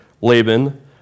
Laban